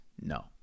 no